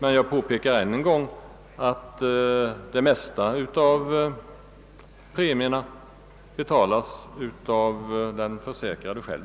Men jag påpekar än en gång att premierna till största delen betalas av den försäkrade själv.